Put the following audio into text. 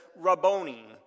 Rabboni